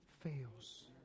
fails